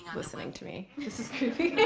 listening to me. this is creepy.